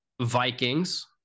Vikings—